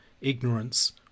ignorance